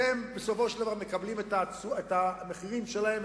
כי הם בסופו של דבר מקבלים את המחירים שלהם,